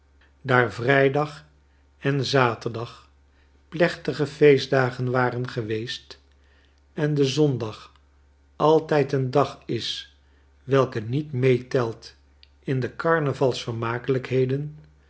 daar vrijdag en zaterdag plechtige feestdagen waren geweest en de zondag altijd een dag is welke niet meetelt in de carnavalsvermakelijkheden